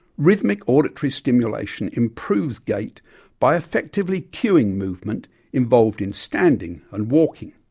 rhythmic auditory stimulation improves gait by effectively cueing movement involved in standing and walking.